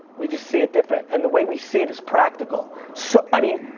we just see it different and the way we see it is practical. so i mean,